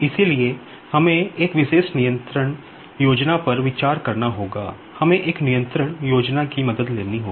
इसलिए हमें एक विशेष कंट्रोल स्कीम के रूप में जाना जाता है